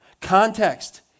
Context